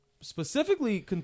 specifically